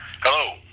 Hello